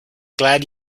glad